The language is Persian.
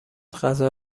غذا